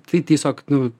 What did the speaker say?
tai tiesiog nu